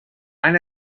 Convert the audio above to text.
han